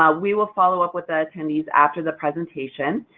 ah we will follow-up with the attendees, after the presentation.